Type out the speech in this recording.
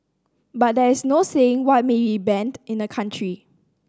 but there is no saying what may be banned in a country